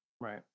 Right